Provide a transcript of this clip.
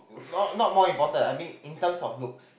not not more important I mean in terms of looks